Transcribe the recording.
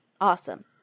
Awesome